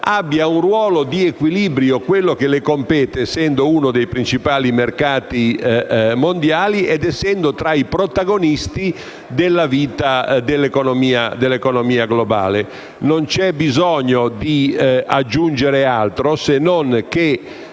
abbia il ruolo di equilibrio che le compete, essendo uno dei principali mercati mondiali e uno dei protagonisti della vita dell'economia globale. Non c'è bisogno di aggiungere altro, se non che